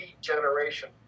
generation